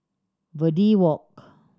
Verde Walk